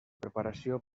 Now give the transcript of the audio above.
preparació